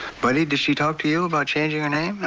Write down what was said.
buddy, did she talk to you about changing her name? and